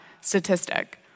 statistic